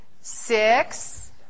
six